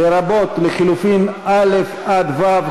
לרבות לחלופין א' עד ו',